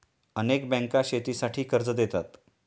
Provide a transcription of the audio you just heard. अनेक बँका शेतीसाठी कर्ज देतात